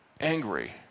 angry